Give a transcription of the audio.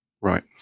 Right